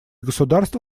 государства